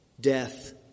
death